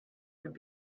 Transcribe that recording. would